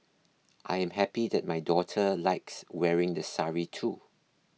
I am happy that my daughter likes wearing the sari too